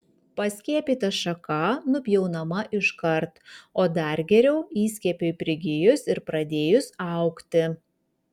paskiepyta šaka nupjaunama iškart o dar geriau įskiepiui prigijus ir pradėjus augti